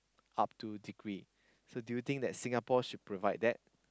up to degree so do you think that Singapore should provide that